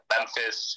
Memphis